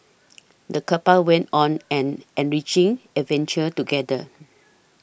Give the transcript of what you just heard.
the couple went on an enriching adventure together